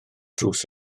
drws